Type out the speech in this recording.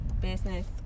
business